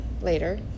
later